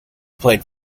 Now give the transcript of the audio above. played